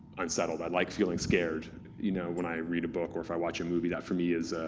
unsettled, i like feeling scared you know when i read a book or if i watch a movie, that for me is,